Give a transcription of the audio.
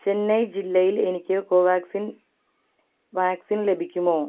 ചെന്നൈ ജില്ലയിൽ എനിക്ക് കോവാക്സിൻ വാക്സിൻ ലഭിക്കുമോ